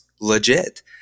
legit